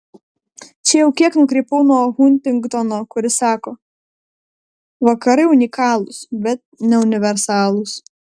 čia jau kiek nukrypau nuo huntingtono kuris sako vakarai unikalūs bet ne universalūs